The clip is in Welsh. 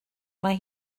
mae